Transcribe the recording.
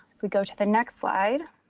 if we go to the next slide,